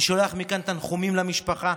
אני שולח מכאן תנחומים למשפחה.